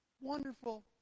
Wonderful